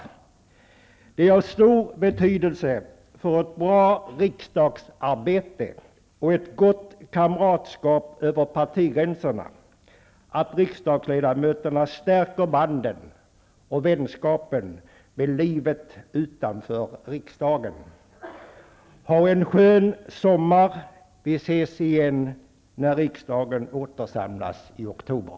Det är av stor betydelse för ett bra riksdagsarbete och ett gott kamratskap över partigränserna att riksdagsledamöterna stärker banden och vänskapen med livet utanför riksdagen. Ha en skön sommar! Vi ses igen när riksdagen återsamlas i oktober.